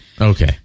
okay